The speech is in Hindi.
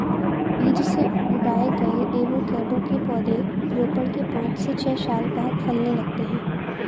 बीज से उगाए गए एवोकैडो के पौधे रोपण के पांच से छह साल बाद फलने लगते हैं